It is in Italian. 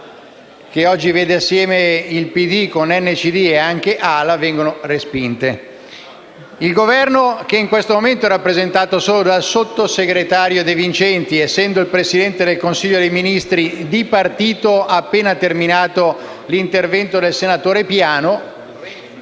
che oggi vede insieme il Partito Democratico con NCD e anche AL-A. Il Governo, che in questo momento è rappresentato solo dal sottosegretario De Vincenti (essendo il Presidente del Consiglio dei ministri dipartito appena terminato l'intervento del senatore Renzo